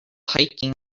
hiking